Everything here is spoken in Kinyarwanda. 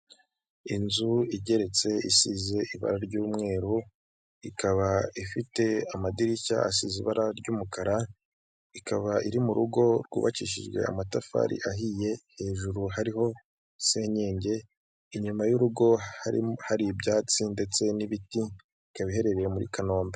Inzu igeretse isize ibara ry'umweru ikaba ifite amadirishya asize ibara ry'umukara, ikaba iri mu rugo rwubakishijwe amatafari ahiye hejuru hariho senyenge inyuma y'urugo hari ibyatsi ndetse n'ibiti ikaba iherereye muri Kanombe.